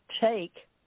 take